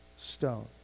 stone